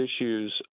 issues